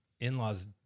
in-laws